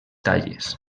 talles